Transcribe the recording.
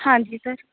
ਹਾਂਜੀ ਸਰ